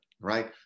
right